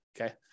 Okay